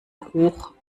hoch